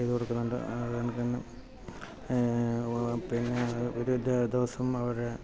ചെയ്തു കൊടുക്കുന്നുണ്ട് അതെകണക്കു തന്നെ പിന്നെ ഒരു ദിവസം അവർ